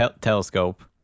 telescope